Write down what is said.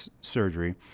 surgery